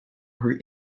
her